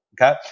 Okay